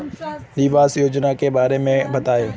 निवेश योजना के बारे में बताएँ?